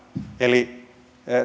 eli